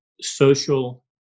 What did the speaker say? social